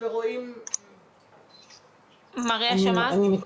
מריה, שמעת?